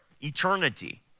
eternity